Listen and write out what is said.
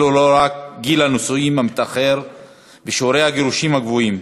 ואלו לא רק גיל הנישואין המתאחר ושיעורי הגירושין הגבוהים,